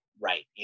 right